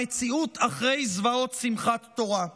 המציאות אחרי זוועות שמחת תורה.